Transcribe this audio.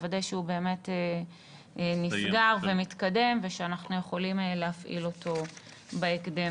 לוודא שהוא נסגר ומתקדם ושאנחנו יכולים להפעיל אותו בהקדם.